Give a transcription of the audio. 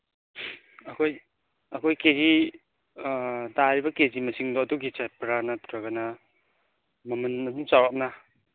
ꯑꯩꯈꯣꯏ ꯑꯩꯈꯣꯏ K G ꯇꯥꯔꯤꯕ ꯀꯦ ꯖꯤ ꯃꯁꯤꯡꯗꯣ ꯑꯗꯨꯒꯤ ꯆꯠꯄ꯭ꯔ ꯅꯠꯇ꯭ꯔꯒꯅ ꯃꯃꯜ ꯑꯗꯨꯝ ꯆꯧꯔꯥꯛꯅ